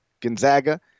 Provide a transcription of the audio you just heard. Gonzaga